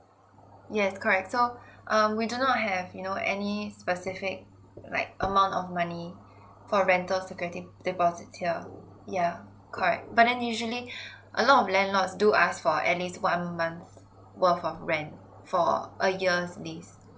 yes correct so um we do not have you know any specific like amount of money for rentals you getting depositier yeah correct but then usually a lot of landlords do ask for at least one month worth of rent for a year's lease